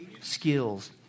skills